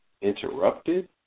interrupted